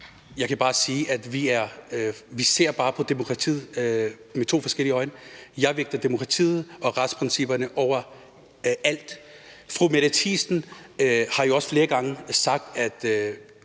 Jeg kan bare sige, at vi ser på demokratiet med forskellige øjne. Jeg vægter demokratiet og retsprincipperne over alt. Fru Mette Thiesen har jo også flere gange sagt, at